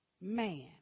man